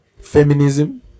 feminism